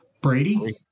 Brady